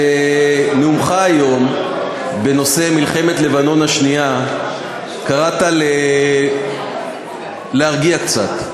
בנאומך היום בנושא מלחמת לבנון השנייה קראת להרגיע קצת.